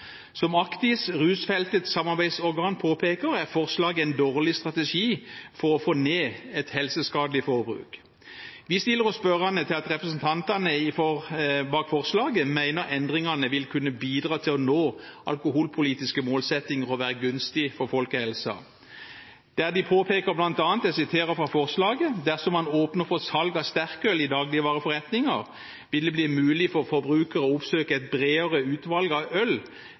Som Actis, rusfeltets samarbeidsorgan, påpeker, er forslaget en dårlig strategi for å få ned et helseskadelig forbruk. Vi stiller oss spørrende til at representantene bak forslaget mener endringene vil kunne bidra til å nå alkoholpolitiske målsettinger og være gunstig for folkehelsen. De påpeker i forslaget bl.a.: «Dersom man åpner for salg av sterkøl i dagligvareforretninger, vil det bli mulig for forbrukere å oppsøke et bredere utvalg øl